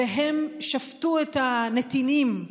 והם שפטו את הנתינים,